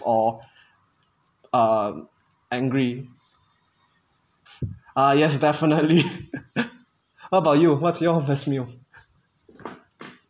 or err angry ah yes definitely what about you what's your best meal